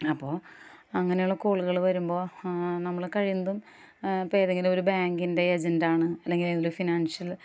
അപ്പോൾ അങ്ങനെയുള്ള കോളുകൾ വരുമ്പോൾ നമ്മൾ കഴിയുന്നതും ഇപ്പം ഏതെങ്കിലുമൊരു ബാങ്കിൻ്റെ ഏജന്റ് ആണ് അല്ലെങ്കിൽ ഏതെങ്കിലുമൊരു ഫിനാൻഷ്യൽ